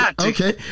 Okay